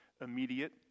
immediate